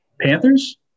Panthers